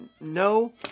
no